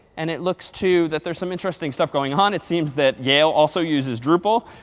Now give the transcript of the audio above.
and it looks too that there's some interesting stuff going on. it seems that yale also uses drupal.